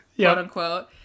quote-unquote